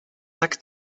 tak